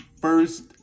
first